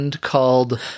called